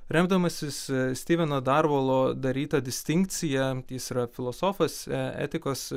remdamasis stiveno darvolo daryta distinkcija jis yra filosofas etikos